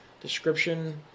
description